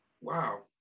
Wow